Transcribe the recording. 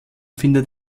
findet